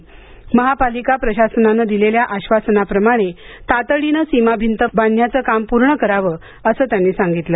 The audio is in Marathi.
महापालिका प्रशासनाने दिलेल्या आश्वासनाप्रमाणे तातडीने सीमाभिंत बांधण्याचं काम पूर्ण करावे असं त्यांनी सांगितलं